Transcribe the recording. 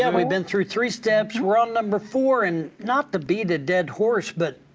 um we've been through three steps. we're on number four and not to beat a dead horse, but,